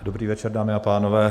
Dobrý večer, dámy a pánové.